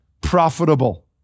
profitable